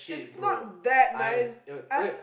it's not that nice